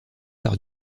par